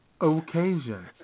occasion